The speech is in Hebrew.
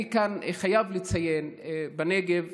אני חייב לציין כאן לגבי בנגב,